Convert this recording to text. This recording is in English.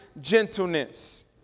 gentleness